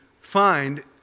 find